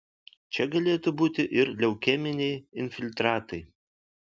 čia galėtų būti ir leukeminiai infiltratai